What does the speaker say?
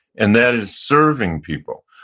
and that is serving people,